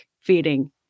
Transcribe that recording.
feeding